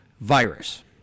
virus